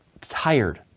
tired